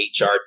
HRT